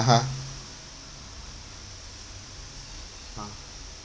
(uh huh) uh